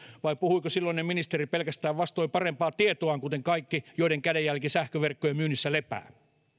vai puhuiko silloinen ministeri pelkästään vastoin parempaa tietoaan kuten kaikki joiden kädenjälki sähköverkkojen myynnissä lepää